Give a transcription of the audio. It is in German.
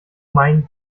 mein